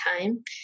time